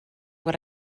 what